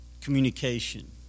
communication